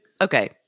Okay